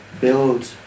build